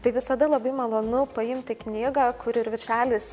tai visada labai malonu paimti knygą kur ir viršelis